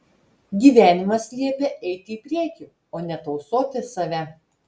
gyvenimas liepia eiti į priekį o ne tausoti save